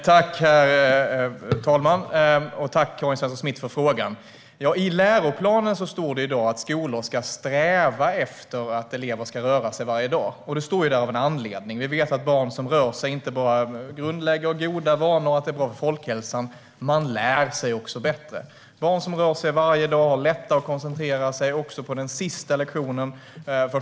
Herr talman! Jag tackar Karin Svensson Smith för frågan. I läroplanen står det att skolor ska sträva efter att elever ska röra sig varje dag. Det står där av en anledning. Vi vet att barn som rör sig inte bara grundlägger goda vanor och att det är bra för folkhälsan, utan de lär sig också bättre. Barn som rör sig varje dag har lättare att koncentrera sig också på dagens sista lektion.